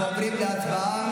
אנחנו עוברים להצבעה.